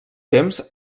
temps